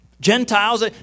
Gentiles